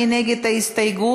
מי נגד ההסתייגות?